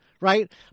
Right